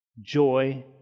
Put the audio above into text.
joy